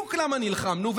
בדיוק בגלל זה נלחמנו,